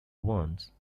ones